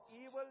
evil